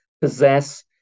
possess